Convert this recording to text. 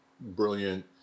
brilliant